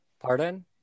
Pardon